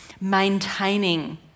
maintaining